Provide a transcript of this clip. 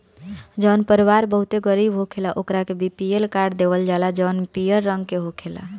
जवन परिवार बहुते गरीब होखेला ओकरा के बी.पी.एल कार्ड देवल जाला जवन पियर रंग के होखेला